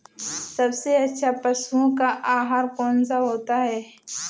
सबसे अच्छा पशुओं का आहार कौन सा होता है?